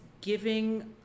giving